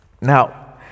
now